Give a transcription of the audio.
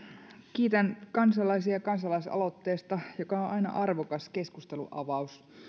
kiitän kansalaisia kansalaisaloitteesta joka on aina arvokas keskustelunavaus